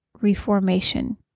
Reformation